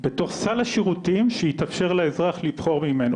בתוך סל השירותים, שיתאפשר לאזרח לבחור ממנו.